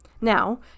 Now